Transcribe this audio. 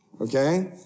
okay